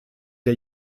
der